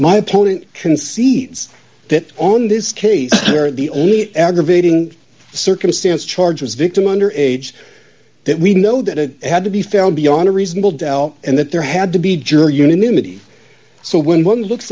my opponent concedes that on this case where the only aggravating circumstance charge was victim under age that we know that it had to be found beyond a reasonable doubt and that there had to be juror unanimity so when one looks